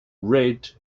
red